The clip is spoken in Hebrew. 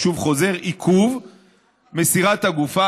אני שוב חוזר: עיכוב מסירת הגופה,